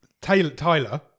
Tyler